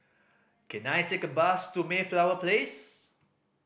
can I take a bus to Mayflower Place